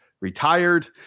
retired